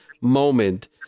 moment